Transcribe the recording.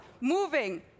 moving